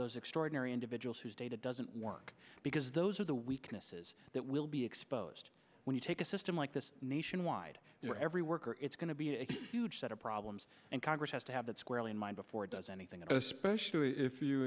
those extraordinary individuals whose data doesn't work because those are the weaknesses that will be exposed when you take a system like this nationwide where every worker it's going to be a huge set of problems and congress has to have that squarely in mind before does anything and especially if you